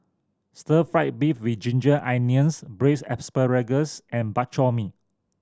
Stir Fry beef with ginger onions Braised Asparagus and Bak Chor Mee